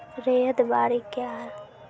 रैयत बाड़ी क्या हैं?